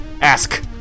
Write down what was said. ask